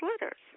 letters